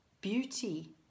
Beauty